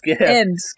End